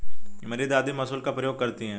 मेरी दादी मूसल का प्रयोग करती हैं